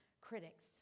critics